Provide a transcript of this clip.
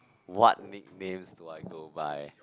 what nicknames do I go by